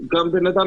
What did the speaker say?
גם אדם